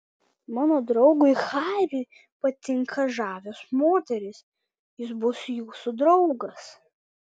mano draugui hariui patinka žavios moterys jis bus jūsų draugas